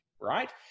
right